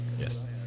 Yes